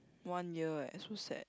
one year eh so sad